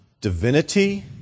divinity